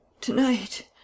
tonight